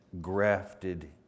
grafted